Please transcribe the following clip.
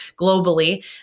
globally